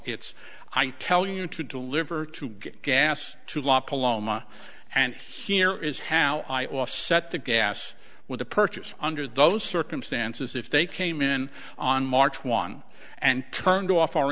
it's i tell you to deliver to get gas to la paloma and here is how i offset the gas with the purchase under those circumstances if they came in on march one and turned off our